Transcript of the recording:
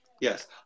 Yes